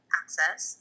access